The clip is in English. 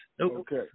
Okay